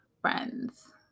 friends